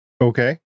Okay